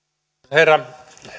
herra